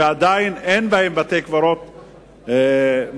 שעדיין אין בהם בתי-קברות מסודרים,